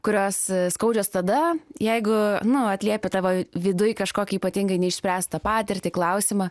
kurios skaudžios tada jeigu nu atliepia tavo viduj kažkokį ypatingai neišspręstą patirtį klausimą